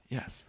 Yes